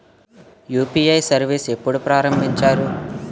UPI service ఎప్పుడు ప్రారంభించారు?